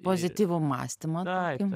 pozityvų mąstymą tokį